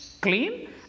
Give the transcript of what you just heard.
clean